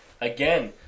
again